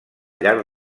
llarg